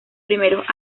primeros